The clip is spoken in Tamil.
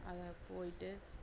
அதை போயிட்டு